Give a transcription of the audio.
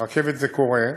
ברכבת זה קורה,